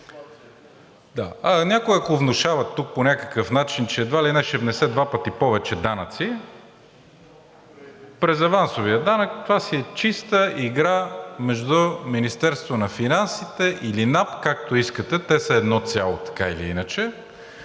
Някой ако внушава тук по някакъв начин, че едва ли не ще внесе два пъти повече данъци през авансовия данък – това си е чиста игра между Министерството на финансите или НАП, както искате – те са едно цяло така или иначе.